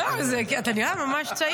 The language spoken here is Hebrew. לא, אתה נראה מאוד צעיר.